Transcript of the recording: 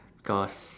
because